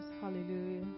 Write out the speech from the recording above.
Hallelujah